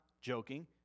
joking